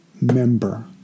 member